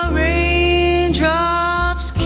raindrops